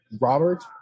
Robert